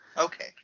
Okay